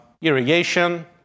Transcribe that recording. irrigation